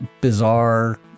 bizarre